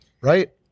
Right